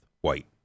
white